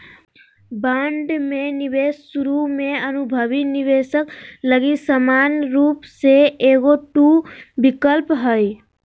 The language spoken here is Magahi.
बांड में निवेश शुरु में अनुभवी निवेशक लगी समान रूप से एगो टू विकल्प हइ